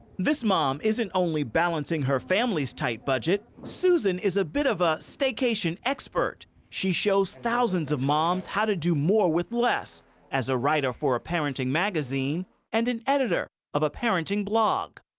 this mom isn't only balancing her family's tight budget. susan is a bit of a staycation expert. she shows thousands of moms how to do more with less as a writer for a parenting magazine and an editor of a parenting blog.